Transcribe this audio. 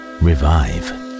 revive